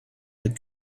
had